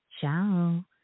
Ciao